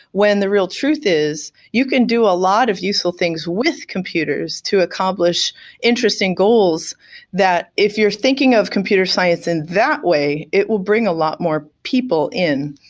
when the real truth is you can do a lot of useful things with computers to accomplish interesting goals that if you're thinking of computer science in that way, it will bring a lot more people in.